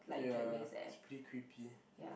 ya it's pretty creepy